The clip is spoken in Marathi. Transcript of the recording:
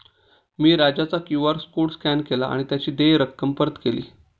मी राजाचा क्यू.आर कोड स्कॅन केला आणि त्याची देय रक्कम परत केली